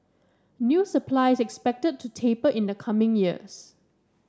new supply is expected to taper in the coming years